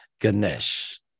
Ganesh